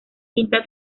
quinta